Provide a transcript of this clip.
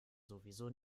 sowieso